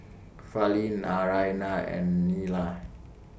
Fali Naraina and Neila